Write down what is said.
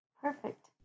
Perfect